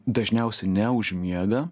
dažniausiai neužmiega